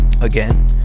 Again